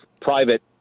private